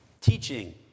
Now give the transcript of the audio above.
Teaching